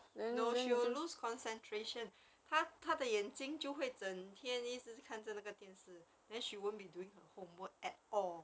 no she will lose concentration 她她的眼睛就会整天一直看着那个电视 then she won't be doing her homework at all